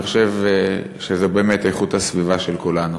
אני חושב שזה באמת איכות הסביבה של כולנו.